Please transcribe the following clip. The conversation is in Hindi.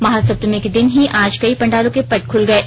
महासप्तमी के दिन ही आज कई पंडालों के पट खुल गये